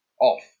off